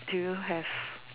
do you have